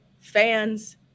fans